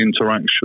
interaction